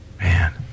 Man